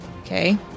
Okay